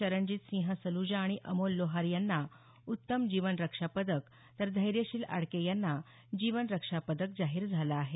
चरणजित सिंह सल्जा आणि अमोल लोहार यांना उत्तम जीवन रक्षा पदक तर धैर्यशील आडके यांना जीवन रक्षा पदक जाहीर झालं आहे